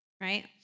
right